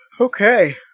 Okay